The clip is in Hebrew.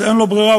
אז אין לו ברירה,